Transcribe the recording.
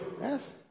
Yes